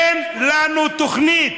תן לנו תוכנית,